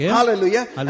hallelujah